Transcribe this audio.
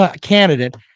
candidate